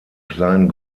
kleinen